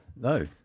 No